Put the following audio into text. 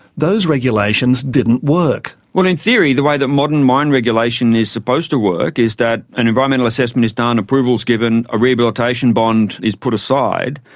those regulations didn't work. well, in theory the way that modern mine regulation is supposed to work is that an environmental assessment is done, approval is given, a rehabilitation bond is put aside,